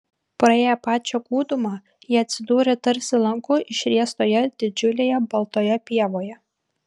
praėję pačią gūdumą jie atsidūrė tarsi lanku išriestoje didžiulėje baltoje pievoje